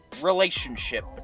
relationship